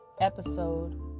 episode